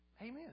Amen